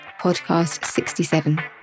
PODCAST67